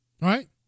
right